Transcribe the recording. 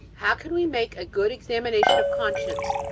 how can we make a good examination of conscience?